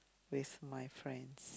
with my friends